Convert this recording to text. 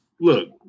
Look